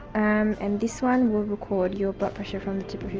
and and this one will record your blood pressure from the tip